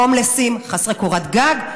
הומלסים וחסרי קורת גג,